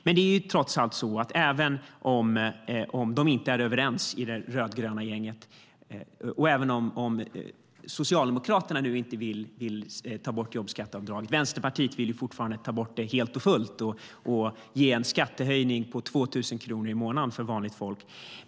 Men det är trots allt så att även om de inte är överens i det rödgröna gänget och även om Socialdemokraterna inte vill ta bort jobbskatteavdraget vill Vänsterpartiet fortfarande ta bort det helt och fullt och ge en skattehöjning på 2 000 kronor i månaden för vanligt folk.